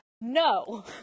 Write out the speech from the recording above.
No